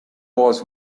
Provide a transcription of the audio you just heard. was